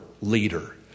leader